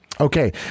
okay